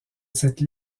cette